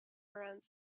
around